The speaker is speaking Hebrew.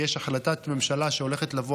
כי יש החלטת ממשלה שהולכת לבוא,